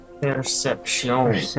Perception